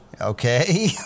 Okay